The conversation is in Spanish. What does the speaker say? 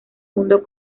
mundo